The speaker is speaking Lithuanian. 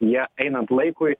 jie einant laikui